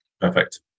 Perfect